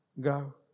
go